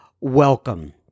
welcome